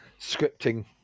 scripting